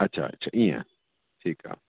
अच्छा अच्छा ईअं ठीकु आहे